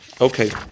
Okay